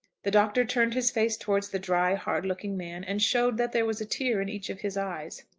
the doctor turned his face towards the dry, hard-looking man and showed that there was a tear in each of his eyes.